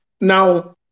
Now